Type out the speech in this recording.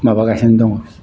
माबागासिनो दङ